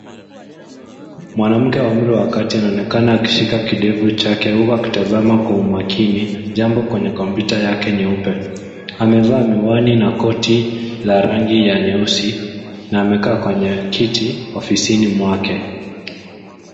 Mwanamke wa umri wa kati anaonekana akishika kidevu chake huku akitazama kwa umakini jambo kwenye kompyuta yake nyeupe. Amevaa miwani na koti la rangi ya nyeusi na amekaa kwenye kiti ofisini mwake.